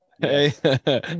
Hey